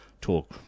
talk